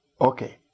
okay